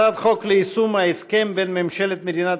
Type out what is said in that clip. הצעת חוק ליישום ההסכם בין ממשלת מדינת